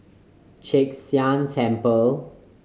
Chek Sian Temple